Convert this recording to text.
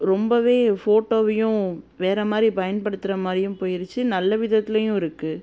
ரொம்ப ஃபோட்டோவையும் வேறு மாதிரி பயன்படுத்துகிற மாதிரியும் போயிடுச்சி நல்ல விதத்துலேயும் இருக்குது